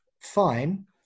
Fine